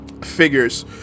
figures